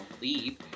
leave